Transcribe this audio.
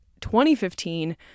2015